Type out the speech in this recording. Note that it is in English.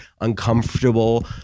uncomfortable